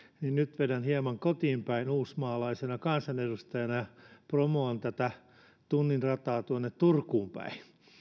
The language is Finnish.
niin nyt vedän hieman kotiinpäin uusmaalaisena kansanedustajana ja promoan tunnin rataa turkuun päin